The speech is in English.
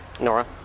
Nora